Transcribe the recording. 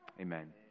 Amen